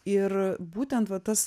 ir būtent va tas